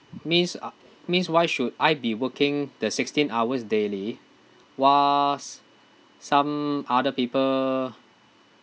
means uh means why should I be working the sixteen hours daily whilst some other people